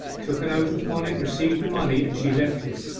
took an oath upon it, received the money, and she left him.